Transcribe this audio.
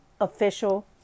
official